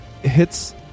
hits